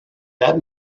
that